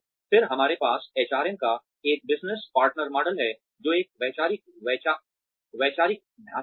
फिर हमारे पास एचआरएम का एक बिजनेस पार्टनर मॉडल है जो एक वैचारिक ढांचा है